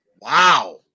Wow